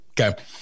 Okay